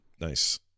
Nice